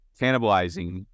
cannibalizing